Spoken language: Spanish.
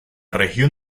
región